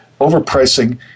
Overpricing